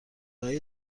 های